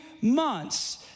months